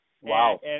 Wow